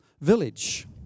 village